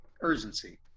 urgency